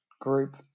group